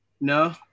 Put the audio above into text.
No